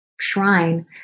shrine